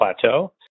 Plateau